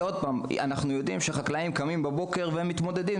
אנחנו יודעים שהחקלאים קמים בבוקר ומתמודדים,